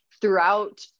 throughout